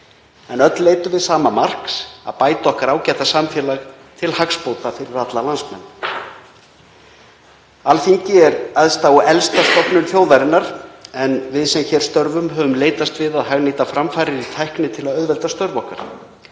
En öll leitum við sama marks, að bæta okkar ágæta samfélag til hagsbóta fyrir alla landsmenn. Alþingi er elsta og æðsta stofnun þjóðarinnar en við sem hér störfum höfum leitast við að hagnýta framfarir í tækni til að auðvelda störf okkar.